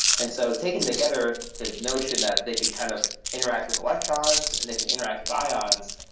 and so taken together the notion that they can kind of interact with electrons and they can interact with ions,